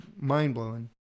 mind-blowing